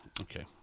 Okay